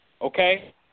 okay